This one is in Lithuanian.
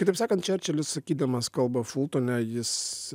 kitaip sakant čerčilis sakydamas kalbą fultone jis